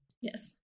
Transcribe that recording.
Yes